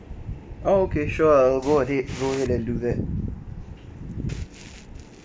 ah okay sure go ahead go ahead and do that